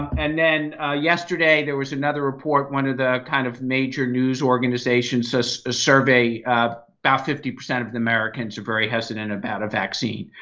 and then yesterday there was another report, one of the kind of major news organizations survey about fifty percent of americans are very hesitant about a vaccine.